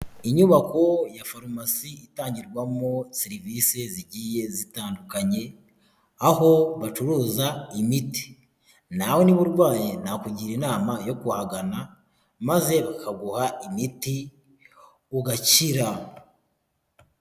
Inyubako ya farumasi itangirwamo serivise zigiye zitandukanye, aho bacuruza imiti. Nawe niba urwaye, nakugira inama yo kuhagana maze ukaguha imiti ugakira.